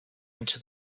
into